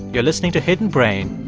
you're listening to hidden brain.